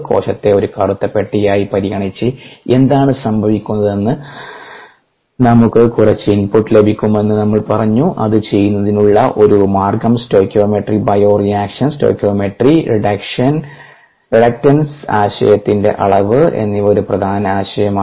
കോശത്തെ ഒരു കറുത്ത പെട്ടിയായി പരിഗണിച്ച് എന്താണ് സംഭവിക്കുന്നതെന്ന് നമുക്ക് കുറച്ച് ഇൻപുട്ട് ലഭിക്കുമെന്ന് നമ്മൾ പറഞ്ഞു അത് ചെയ്യുന്നതിനുള്ള ഒരു മാർഗ്ഗം സ്റ്റോകിയോമെട്രി ബയോറിയാക്ഷൻസ് സ്റ്റോകിയോമെട്രി റിഡക്റ്റൻസ് ആശയത്തിൻറെ അളവ് എന്നിവ ഒരു പ്രധാന ആശയമാണ്